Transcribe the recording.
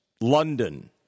London